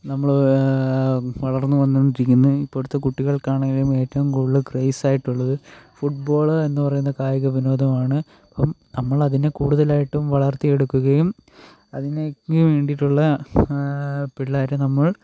നമ്മൾ വളർന്ന് വന്നു കൊണ്ടിരിക്കുന്ന ഇപ്പോഴത്തെ കുട്ടികൾക്കാണേലും ഏറ്റവും കൂടുതൽ ക്രേസായിട്ടുള്ളത് ഫുട്ബോൾ എന്നു പറയുന്ന കായികവിനോദമാണ് അപ്പം നമ്മൾ അതിനെ കൂടുതലായിട്ടും വളർത്തിയെടുക്കുകയും അതിലേയ്ക്ക് വേണ്ടിട്ടുള്ള പിള്ളേരെ നമ്മൾ